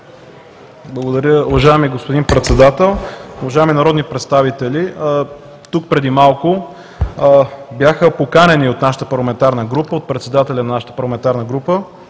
Благодаря, уважаеми господин Председател. Уважаеми народни представители! Тук преди малко бяха поканени от председателя на нашата парламентарна група